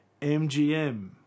MGM